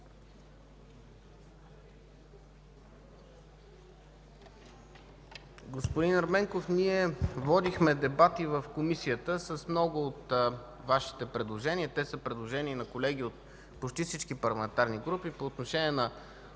Господин Ерменков, ние водихме дебат и в Комисията. С много от Вашите предложения – те са предложения на колеги от почти всички парламентарни групи по отношение на